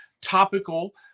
topical